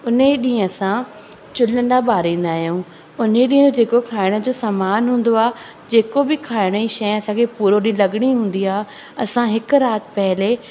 उन ॾींहुं असां चुल्ह न ॿारींदा आहियूं उन ॾींहुं जेको खाइण जो सामानु हूंदो आहे जेको बि खाइण जी शइ असांखे पूरो ॾींहुं लॻणी हूंदी आहे असां हिकु राति पहिले